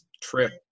trip